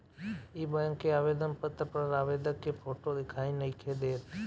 इ बैक के आवेदन पत्र पर आवेदक के फोटो दिखाई नइखे देत